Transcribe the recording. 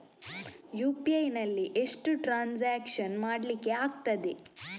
UPI ನಲ್ಲಿ ಎಷ್ಟು transaction ಮಾಡ್ಲಿಕ್ಕೆ ಆಗ್ತದೆ?